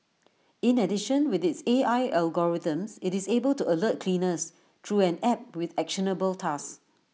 in addition with its A I algorithms IT is able to alert cleaners through an app with actionable tasks